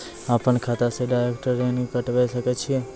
अपन खाता से डायरेक्ट ऋण कटबे सके छियै?